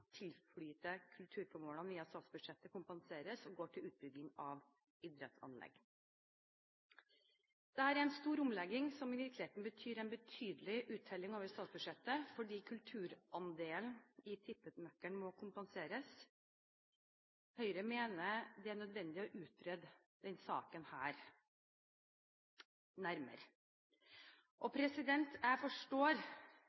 kulturformålene via statsbudsjettet, kompenseres og går til utbygging av idrettsanlegg. Dette er en stor omlegging, som i virkeligheten betyr en betydelig uttelling over statsbudsjettet, fordi kulturandelen i tippenøkkelen må kompenseres. Høyre mener det er nødvendig å utrede denne saken nærmere.